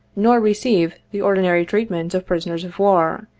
nor receive the ordinary treatment of prisoners of war,